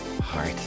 heart